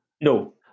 No